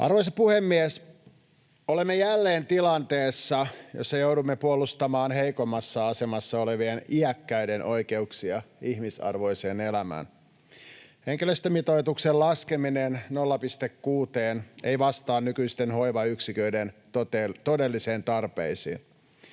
Arvoisa puhemies! Olemme jälleen tilanteessa, jossa joudumme puolustamaan heikommassa asemassa olevien iäkkäiden oikeuksia ihmisarvoiseen elämään. Henkilöstömitoituksen laskeminen 0,6:een ei vastaa nykyisten hoivayksiköiden todellisiin tarpeisiin.